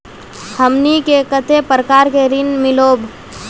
हमनी के कते प्रकार के ऋण मीलोब?